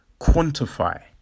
quantify